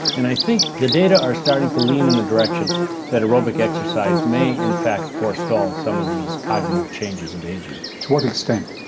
and i think the data are starting to lean in the direction that aerobic exercise may in fact forestall some of these cognitive changes of ageing. to what extent?